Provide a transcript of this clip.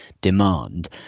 demand